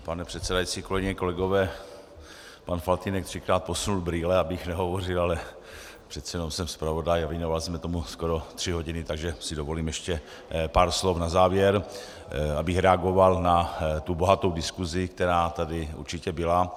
Pane předsedající, kolegyně, kolegové, pan Faltýnek třikrát posunul brýle, abych nehovořil, ale přece jenom jsem zpravodaj a věnovali jsme tomu skoro tři hodiny, takže si dovolím ještě pár slov na závěr, abych reagoval na bohatou diskusi, která tady určitě byla.